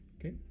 Okay